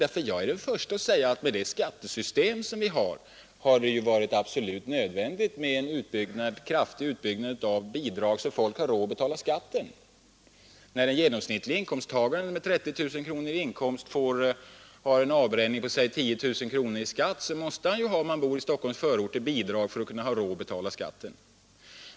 Tvärtom är jag den förste att säga, att med vårt skattesystem har det varit absolut nödvändigt med en kraftig utbyggnad av bidragssystemet, så att människor får råd att betala sin skatt. När en genomsnittlig inkomsttagare med 30 000 kronor i årslön har en avbränning på låt oss säga 10 000 kronor i skatt, så måste han ju ha bidrag för att ha råd att betala skatten, om han bor i Stockholms förorter.